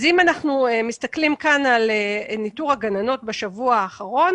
אם אנחנו מסתכלים כאן על ניטור הגננות בשבוע האחרון